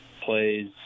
plays